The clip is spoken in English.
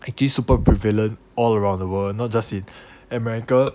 actually super prevalent all around the world not just in america